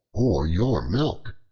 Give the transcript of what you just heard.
or your milk,